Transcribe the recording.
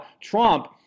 Trump